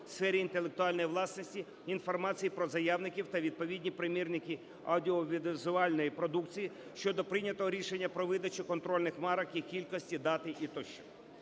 в сфері інтелектуальної власності, інформації про заявників та відповідні примірники аудіовізуальної продукції щодо прийнятого рішення про видачу контрольних марок, їх кількості, дати і тощо.